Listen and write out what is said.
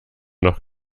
noch